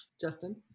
Justin